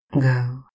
go